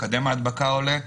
מקדם ההדבקה עולה,